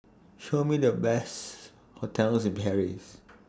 Show Me The Best hotels in Paris